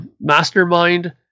mastermind